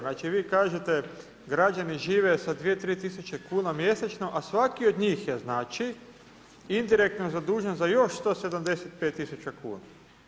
Znači vi kažete građani žive sa 2, 3000 kuna mjesečno a svaki od njih je znači indirektno zadužen za još 175 000 kuna.